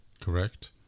Correct